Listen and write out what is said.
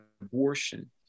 abortion